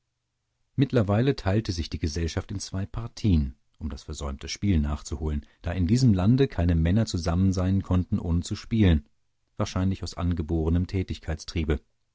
mittlerweile teilte sich die gesellschaft in zwei partien um das versäumte spiel nachzuholen da in diesem lande keine männer zusammen sein konnten ohne zu spielen wahrscheinlich aus angebotenem